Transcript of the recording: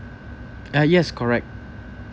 uh yes correct